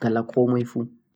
koh banda